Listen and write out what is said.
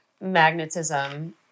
magnetism